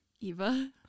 Eva